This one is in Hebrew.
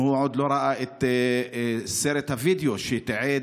אם הוא עוד לא ראה את סרט הווידיאו שתיעד